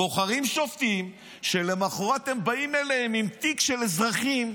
בוחרים שופטים שלמוחרת הם באים אליהם עם תיק של אזרחים,